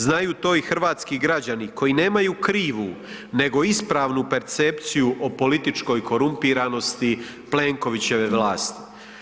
Znaju to i hrvatski građani koji nemaju krivu nego ispravnu percepciju o političkoj korumpiranosti Plenkovićeve vlasti.